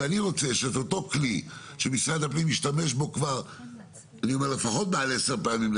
אני רוצה שאת אותו כלי שמשרד הפנים השתמש בו כבר לפחות מעל עשר פעמים,